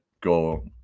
go